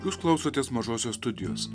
jūs klausotės mažosios studijos